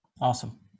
Awesome